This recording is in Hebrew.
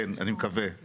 כן, אני מקווה.